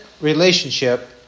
relationship